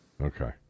Okay